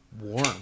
warm